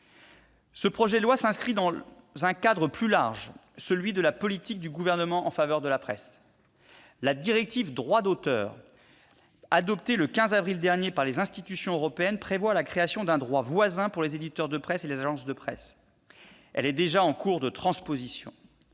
Ce projet de loi s'inscrit dans un cadre plus large : celui de la politique du Gouvernement en faveur de la presse. La directive sur le droit d'auteur, adoptée le 15 avril dernier par les institutions européennes, prévoit la création d'un droit voisin pour les éditeurs de presse et les agences de presse ; elle est déjà en cours de transposition.